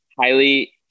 highly